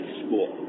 school